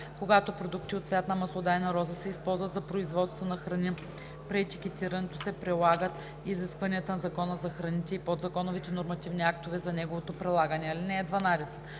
Когато продукти от цвят на маслодайна роза се използват за производство на храни, при етикетирането се прилагат изискванията на Закона за храните и подзаконовите нормативни актове за неговото прилагане. (12) Когато